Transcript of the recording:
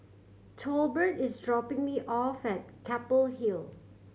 Tolbert is dropping me off at Keppel Hill